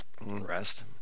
rest